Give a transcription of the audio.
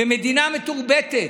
זו מדינה מתורבתת,